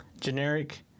Generic